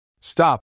Stop